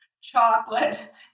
chocolate